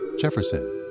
Jefferson